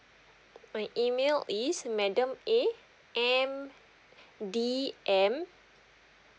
my email is madam a m d m